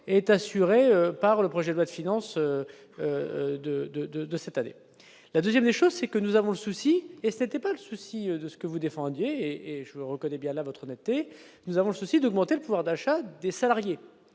est assurée par le projet de loi de finances de, de, de, de cette année. La 2ème chose, c'est que nous avons le souci et c'était pas le souci de ce que vous défendiez, et je vous reconnais bien là votre netteté, nous avons le souci d'augmenter le pouvoir d'achat des salariés